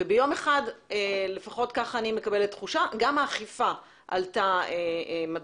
והתחושה שלי היא שביום אחד גם האכיפה עלתה מדרגה.